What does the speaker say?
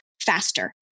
faster